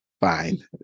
fine